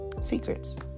secrets